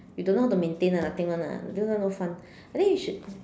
you don't know how to maintain [one] ah nothing [one] ah this one no fun I think you should